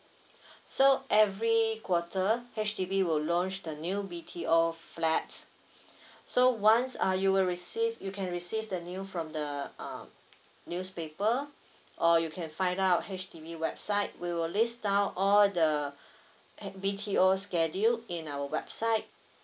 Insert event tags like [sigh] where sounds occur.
[breath] so every quarter actually we will launch the new B_T_O flats [breath] so once uh you will receive you can receive the new from the uh newspaper or you can find out H_D_B website we will list down all the [breath] H B_T_O schedule in our website